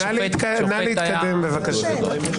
נא להתקדם, בבקשה.